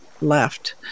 left